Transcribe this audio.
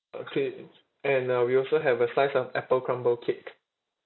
okay and uh we also have a slice of apple crumble cake